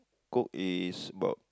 coke is about